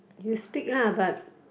you speak lah but